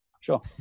sure